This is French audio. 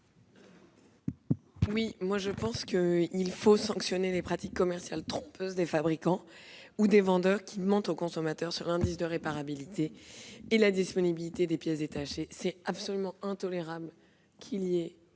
du Gouvernement ? Il faut sanctionner les pratiques commerciales trompeuses des fabricants ou des vendeurs qui mentent aux consommateurs sur l'indice de réparabilité et la disponibilité des pièces détachées. Il est absolument intolérable qu'il puisse